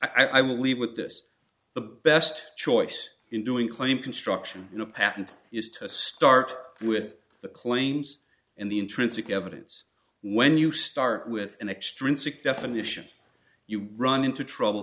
d i will leave with this the best choice in doing claim construction in a patent is to start with the claims and the intrinsic evidence when you start with an extreme sick definition you run into trouble